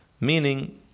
Meaning